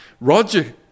Roger